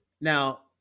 Now